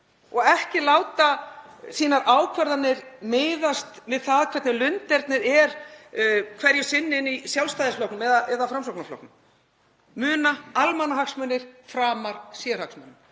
og ekki láta sínar ákvarðanir miðast við það hvernig lundernið er hverju sinni í Sjálfstæðisflokknum eða Framsóknarflokknum. Muna: Almannahagsmunir framar sérhagsmunum.